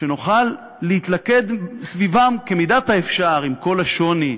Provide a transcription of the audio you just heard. שנוכל להתלכד סביבם כמידת האפשר, עם כל השוני,